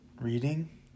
reading